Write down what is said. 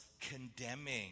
condemning